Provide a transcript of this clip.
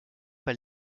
pas